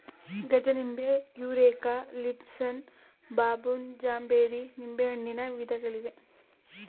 ಗಜನಿಂಬೆ, Eureka, Lisbon, ಬಬೂನ್, ಜಾಂಬೇರಿ ನಿಂಬೆಹಣ್ಣಿನ ವಿಧಗಳಿವೆ